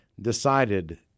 decided